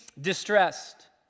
distressed